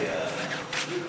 אדוני היושב-ראש,